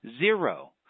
zero